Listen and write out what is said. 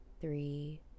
three